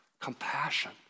Compassion